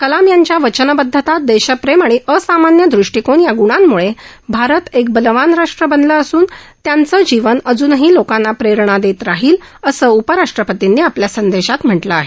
कलाम यांच्या वचनबद्धता देशप्रेम आणि असामान्य हष्टीकोन या ग्रणांमुळे भारत एक बलवान राष्ट्र बनलं असून त्यांचं जीवन अजुनही लोकांना प्रेरणा देत राहील असं उपराष्ट्रपर्तींनी आपल्या संदेशात म्हटलं आहे